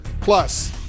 Plus